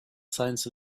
signs